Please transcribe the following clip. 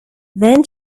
then